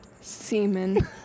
semen